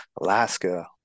Alaska